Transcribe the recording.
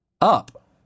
Up